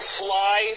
fly